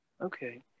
okay